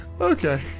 Okay